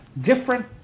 Different